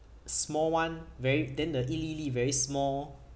small one very then the 一粒一粒 very small